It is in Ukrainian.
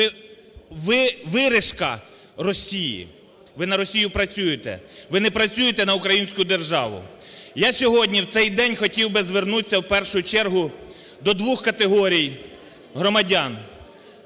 – виріжка Росії, ви на Росію працюєте, ви не працюєте на українську державу. Я сьогодні в цей день хотів би звернутися в першу чергу до двох категорій громадян: